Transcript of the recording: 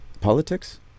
Politics